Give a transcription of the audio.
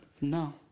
No